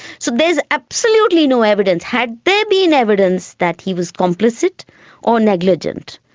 so there's absolutely no evidence. had there been evidence that he was complicit or negligent,